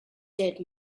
did